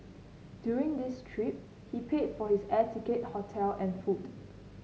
during his trip he paid for his air ticket hotel and food